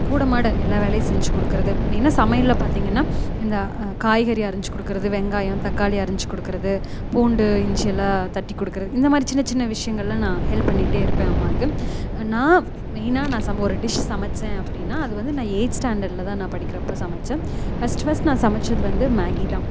கூட மாட எல்லா வேலையும் செஞ்சு கொடுக்குறது மெயின்னாக சமையலில் பார்த்தீங்கன்னா இந்த காய்கறி அரிஞ்சு கொடுக்குறது வெங்காயம் தக்காளி அரிஞ்சு கொடுக்குறது பூண்டு இஞ்சி எல்லாம் தட்டி கொடுக்குறது இந்த மாதிரி சின்ன சின்ன விஷயங்கள்ல நான் ஹெல்ப் பண்ணிகிட்டே இருப்பேன் அம்மாவுக்கு நான் மெயினாக நான் சம ஒரு டிஷ் சமைத்தேன் அப்படின்னால் அது வந்து நான் எய்த் ஸ்டாண்டர்ட்டில் தான் நான் படிக்கிறப்போ சமைத்தேன் ஃபஸ்ட் ஃபஸ்ட் நான் சமைத்தது வந்து மேகி தான்